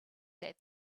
that